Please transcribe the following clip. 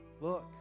look